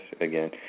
again